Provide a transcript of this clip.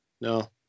no